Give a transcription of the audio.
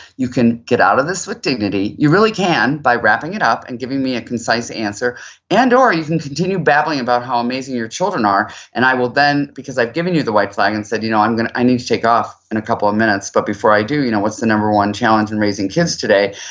you can get out of this with dignity, you really can by wrapping it up and giving me a concise answer and or you can continue babbling about how amazing your children are and i will then, because i've given you the white flag and said you know i need to take off in a couple of minutes but before i do, you know what's the number one challenge in raising kids today?